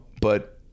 but-